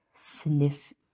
sniff